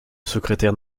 secrétaire